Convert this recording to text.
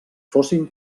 fossin